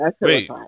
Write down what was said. wait